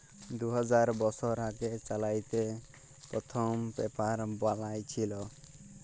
দু হাজার বসর আগে চাইলাতে পথ্থম পেপার বালাঁই ছিল